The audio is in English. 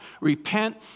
Repent